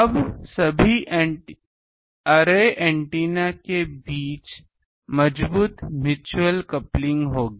अब सभी array antenna के बीच मजबूत म्यूच्यूअल कपलिंग होगी